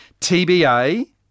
TBA